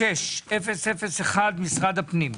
06-001 - משרד הפנים.